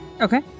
Okay